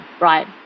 right